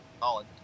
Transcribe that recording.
solid